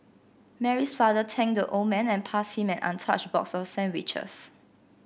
Mary's father thanked the old man and passed him an untouched box of sandwiches